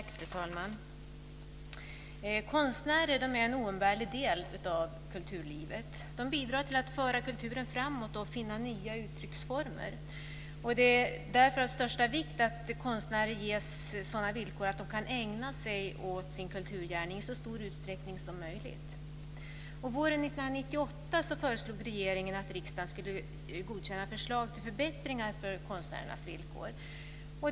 Fru talman! Konstnärer är en oumbärlig del av kulturlivet. De bidrar till att föra kulturen framåt och finna nya uttrycksformer. Det är därför av största vikt att konstnärer ges sådana villkor att de kan ägna sig åt sin kulturgärning i så stor utsträckning som möjligt. Våren 1998 föreslog regeringen att riksdagen skulle godkänna förslag till förbättringar för konstnärernas villkor.